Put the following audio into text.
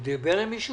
הוא דיבר עם מישהו?